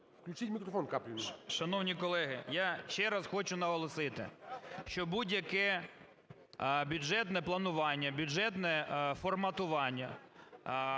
Включіть мікрофон, Капліну.